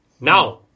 Now